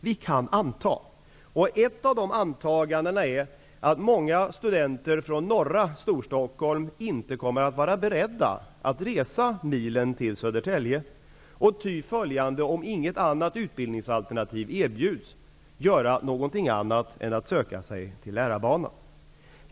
Vi kan anta, och ett antagande är att många studenter från norra Storstockholm inte kommer att vara beredda att resa milen till Södertälje, ity följande att, om inget utbildningsalternativ erbjuds, de gör någonting annat än att söka sig till lärarbanan.